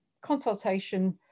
consultation